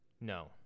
No